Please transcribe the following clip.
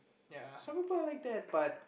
ya some people like that but